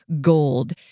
gold